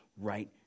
right